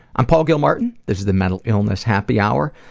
i'm paul gilmartin, this is the mental illness happy hour,